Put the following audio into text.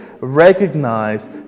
recognize